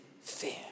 fear